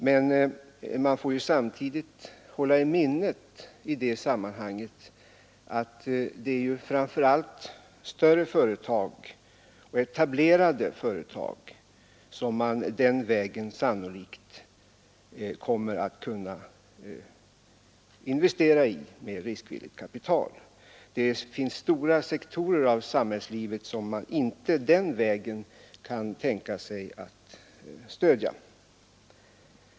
Men vi får samtidigt hålla i minnet i det sammanhanget att det sannolikt framför allt är större och etablerade företag som den vägen kommer att förses med kapital. Det finns stora sektorer av samhällslivet som man inte kan tänka sig att stödja på det sättet.